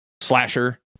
Slasher